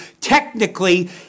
technically